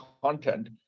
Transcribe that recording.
content